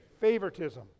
favoritism